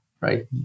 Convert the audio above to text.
right